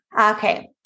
Okay